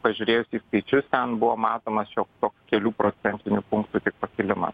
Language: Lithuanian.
pažiūrėjus į skaičius ten buvo matomas šioks toks kelių procentinių punktų tik pakilimas